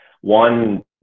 one